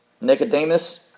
Nicodemus